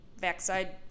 backside